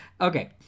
Okay